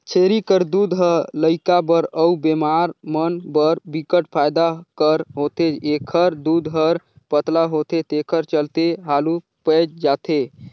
छेरी कर दूद ह लइका बर अउ बेमार मन बर बिकट फायदा कर होथे, एखर दूद हर पतला होथे तेखर चलते हालु पयच जाथे